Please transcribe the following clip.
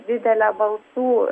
didele balsų